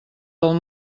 del